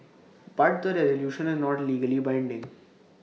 but the resolution is not legally binding